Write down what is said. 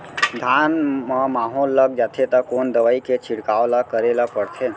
धान म माहो लग जाथे त कोन दवई के छिड़काव ल करे ल पड़थे?